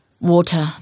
Water